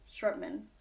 Shortman